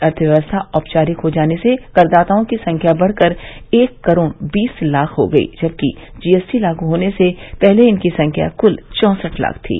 अर्थव्यवस्था औपचारिक हो जाने से करदाताओं की संख्या बढ़कर एक करोड़ बीस लाख हो गयी जबकि जीएसटी लागू होने से पहले इनकी संख्या क्ल चौसठ लाख थी